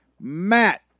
Matt